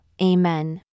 Amen